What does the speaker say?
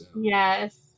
Yes